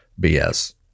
BS